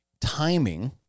timing